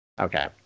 Okay